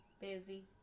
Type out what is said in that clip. Busy